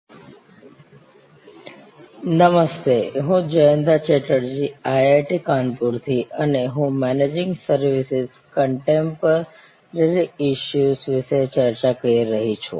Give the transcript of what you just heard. સેવાની વિશિષ્ટતા 2 નમસ્તે હું જયંતા ચેટર્જી આઇઆઇટી કાનપુર થી અને હું મેનેજિંગ સર્વિસિસ કોનટેમપોરારી ઈસ્સૂએસ વિશે ચર્ચા કરી રહી છું